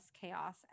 chaos